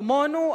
כמונו,